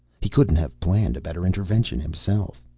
he couldn't have planned a better intervention himself!